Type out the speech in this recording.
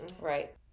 Right